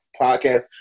podcast